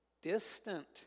Distant